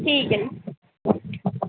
ਠੀਕ ਹੈ ਜੀ